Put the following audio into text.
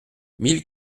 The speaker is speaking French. mille